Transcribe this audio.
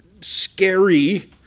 scary